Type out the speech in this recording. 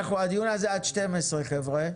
הדיון הזה עד 12:00, חבר'ה.